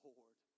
Lord